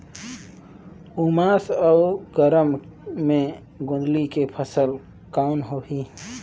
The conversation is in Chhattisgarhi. उमस अउ गरम मे गोंदली के फसल कौन होही?